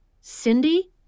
Cindy